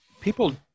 people